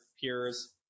peers